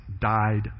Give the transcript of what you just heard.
died